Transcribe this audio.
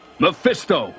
mephisto